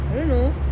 I don't know